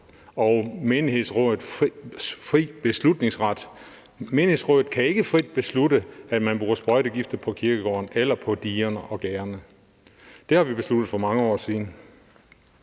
Menighedsrådene kan ikke frit beslutte, at man bruger sprøjtegifte på kirkegården eller på digerne og gærderne. Det har vi besluttet for mange år siden.